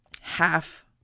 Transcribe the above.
half